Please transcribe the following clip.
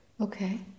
Okay